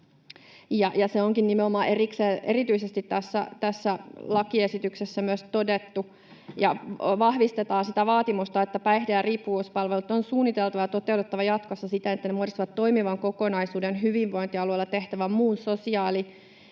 se onkin nimenomaan erityisesti tässä lakiesityksessä myös todettu: vahvistetaan sitä vaatimusta, että päihde- ja riippuvuuspalvelut on suunniteltava ja toteutettava jatkossa siten, että ne muodostavat toimivan kokonaisuuden hyvinvointialueilla tehtävän muun sosiaali- ja